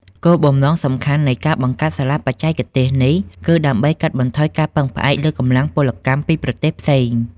គោលបំណងសំខាន់នៃការបង្កើតសាលាបច្ចេកទេសនេះ គឺដើម្បីកាត់បន្ថយការពឹងផ្អែកលើកម្លាំងពលកម្មពីប្រទេសផ្សេង។